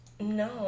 No